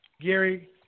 Gary